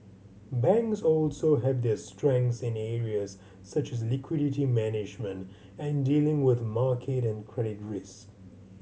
banks also have their strengths in areas such as liquidity management and dealing with market and credit risk